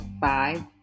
five